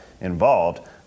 involved